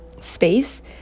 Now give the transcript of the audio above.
space